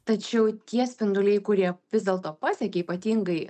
tačiau tie spinduliai kurie vis dėlto pasiekia ypatingai